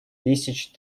тысяч